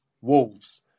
Wolves